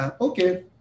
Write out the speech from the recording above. Okay